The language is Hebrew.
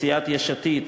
מסיעת יש עתיד,